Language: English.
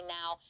now